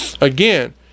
again